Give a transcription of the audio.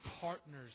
partners